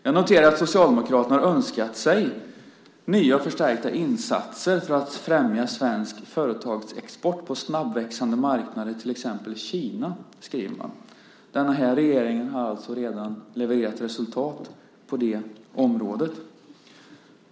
Jag noterar att Socialdemokraterna skriver att man önskar sig nya och förstärkta insatser för att främja svensk företagsexport på snabbväxande marknader, till exempel Kina. Den här regeringen har alltså redan levererat resultat på det området.